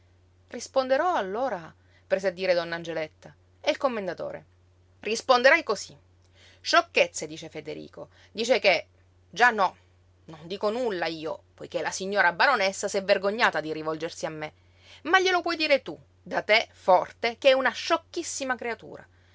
risponderò allora prese a dire donna angeletta e il commendatore risponderai cosí sciocchezze dice federico dice che già no non dico nulla io poiché la signora baronessa s'è vergognata di rivolgersi a me ma glielo puoi dire tu da te forte che è una sciocchissima creatura